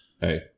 hey